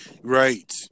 Right